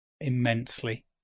immensely